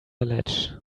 ledge